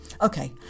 Okay